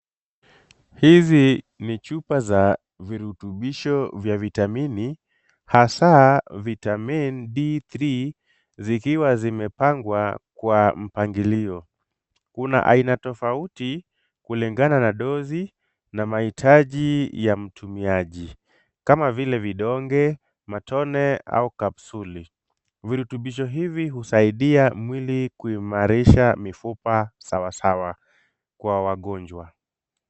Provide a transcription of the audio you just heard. Hizi ni chupa za virutubisho vya vitamini hasa Vitamin D3 zikiwa zimepangwa kwa mpangilio. Kuna aina tofauti kulingana na dozi na mahitaji ya mtumiaji kama vile vidonge , matone au kapsuli. Virutubisho hivi husaidia mwili kuimarisha mifupa sawasawa kwa wagonjwa.